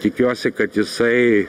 tikiuosi kad jisai